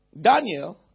Daniel